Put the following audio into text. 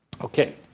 Okay